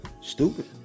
stupid